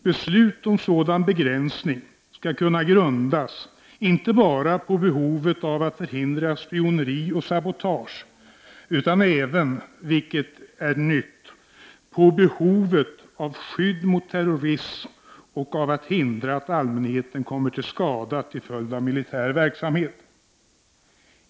Beslut om sådan begränsning skall kunna grundas inte bara på behovet av att förhindra spioneri och sabotage utan även — vilket är nytt — på behovet av skydd mot terrorism och behovet av att hindra att allmänheten kommer till skada till följd av militär verksamhet.